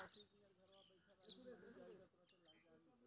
एक एकड़ में डी.ए.पी के मात्रा देबाक चाही?